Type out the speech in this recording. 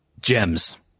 Gems